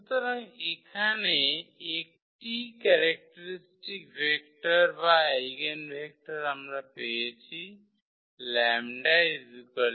সুতরাং এখানে একটিই ক্যারেক্টারিস্টিক ভেক্টর বা আইগেনভেক্টর আমরা পেয়েছি 𝝀 0